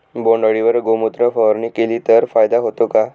बोंडअळीवर गोमूत्र फवारणी केली तर फायदा होतो का?